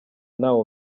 ntawe